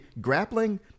grappling